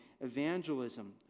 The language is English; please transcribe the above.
evangelism